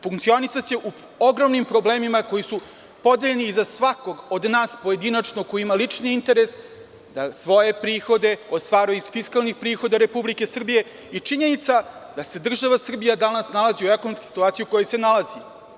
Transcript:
Funkcionisaće u ogromnim problemima koji su podeljeni i za svakog od nas pojedinačno, ko ima lični interes, svoje prihode, ostvaruje iz fiskalnih prihoda Republike Srbije i činjenica da se država Srbija danas nalazi u ekonomskoj situaciji u kojoj se nalazi.